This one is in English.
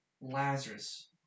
Lazarus